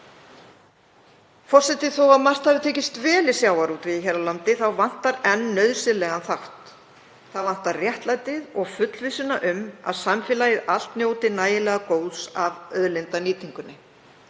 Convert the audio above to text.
Forseti. Þótt margt hafi tekist vel í sjávarútvegi hér á landi þá vantar enn nauðsynlegan þátt. Það vantar réttlæti og fullvissu um að samfélagið allt njóti nægilega góðs af auðlindanýtingunni.